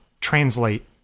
translate